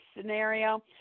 scenario